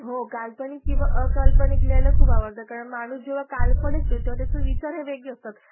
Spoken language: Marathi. हो काल्पनिक किंवा अकाल्पनिक लिहायला खूप आवडतं कारण माणूस जेव्हा काल्पनिक तो तेव्हा त्याचे विचार हे वेगळे असतात